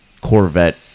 Corvette